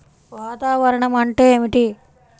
వాతావరణం అంటే ఏమిటి?